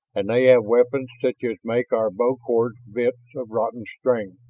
and they have weapons such as make our bow cords bits of rotten string,